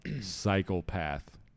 Psychopath